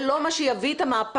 זה לא מה שיביא את המהפך.